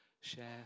share